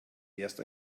erst